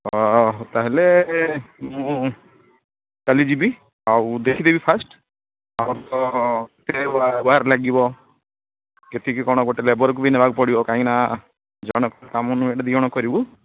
ତା'ହେଲେ ମୁଁ କାଲି ଯିବି ଆଉ ଦେଖିଦେବି ଫାଷ୍ଟ୍ ଆଉ ତ କେତେ ୱାୟାର୍ ଲାଗିବ କେତିକି କ'ଣ ଗୋଟେ ଲେବର୍କୁ ବି ନେବାକୁ ପଡ଼ିବ କାହିଁକି ନାଁ ଜଣଙ୍କର କାମ ନୁହଁ ଏଇଟା ଦୁଇ ଜଣ କରିବୁ